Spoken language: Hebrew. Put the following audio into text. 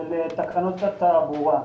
על תקנות התעבורה.